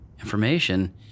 information